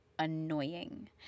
annoying